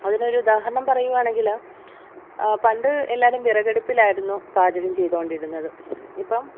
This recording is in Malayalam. അതിനൊരു ഉദാഹരണം പറയുവാണെങ്കിൽ പണ്ട് എല്ലാവരും വിറകടുപ്പിലായിരുന്നു പാചകം ചെയ്തുകൊണ്ടിരുന്നത് ഇപ്പം